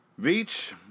Veach